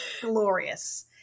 glorious